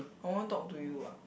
I want talk to you what